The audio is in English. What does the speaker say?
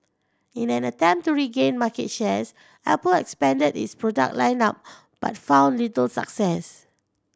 in an attempt to regain market shares Apple expanded its product line up but found little success